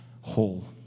whole